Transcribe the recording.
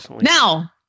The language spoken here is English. Now